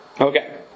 Okay